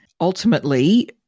ultimately